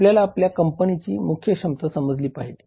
आपल्याला आपल्या कंपनीची मुख्य क्षमता समजली पाहिजे